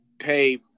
pay